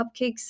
cupcakes